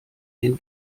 den